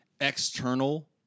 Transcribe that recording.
external